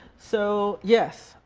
so yes,